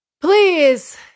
please